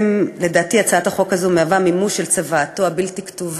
לדעתי הצעת החוק הזה היא מימוש של צוואתו הבלתי-כתובה,